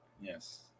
yes